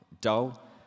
dull